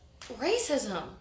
racism